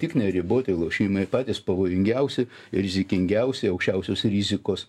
tik neriboti lošimai patys pavojingiausi rizikingiausiai aukščiausios rizikos